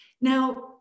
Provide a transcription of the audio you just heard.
Now